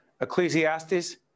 Ecclesiastes